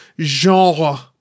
genre